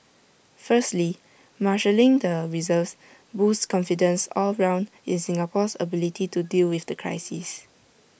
firstly marshalling the reserves boosts confidence all round in Singapore's ability to deal with the crisis